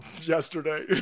yesterday